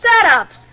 Set-ups